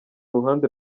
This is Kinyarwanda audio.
ruhande